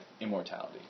immortality